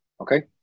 Okay